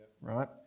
right